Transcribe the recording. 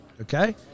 okay